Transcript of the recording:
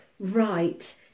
Right